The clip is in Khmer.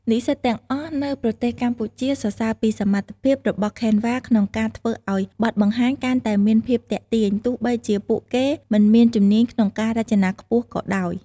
និស្សិតទាំងអស់នៅប្រទេសកម្ពុជាសរសើរពីសមត្ថភាពរបស់ Canva ក្នុងការធ្វើឱ្យបទបង្ហាញកាន់តែមានភាពទាក់ទាញ ទោះបីជាពួកគេមិនមានជំនាញក្នុងការរចនាខ្ពស់ក៏ដោយ។